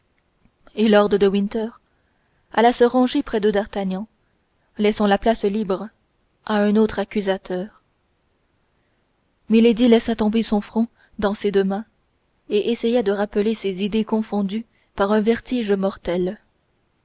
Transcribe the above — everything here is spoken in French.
et lord de winter alla se ranger près de d'artagnan laissant la place libre à un autre accusateur milady laissa tomber son front dans ses deux mains et essaya de rappeler ses idées confondues par un vertige mortel